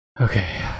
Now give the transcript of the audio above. Okay